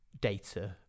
data